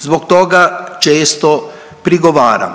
Zbog toga često prigovaram